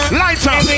lighter